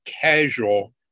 casual